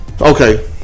Okay